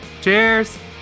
Cheers